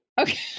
Okay